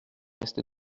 rester